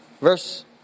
Verse